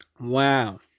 wow